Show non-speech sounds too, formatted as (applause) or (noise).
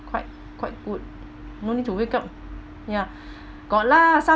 quite quite good no need to wake up ya (breath) got lah some~